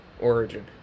Origin